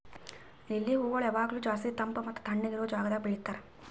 lily ಹೂಗೊಳ್ ಯಾವಾಗ್ಲೂ ಜಾಸ್ತಿ ತಂಪ್ ಮತ್ತ ತಣ್ಣಗ ಇರೋ ಜಾಗದಾಗ್ ಬೆಳಿತಾರ್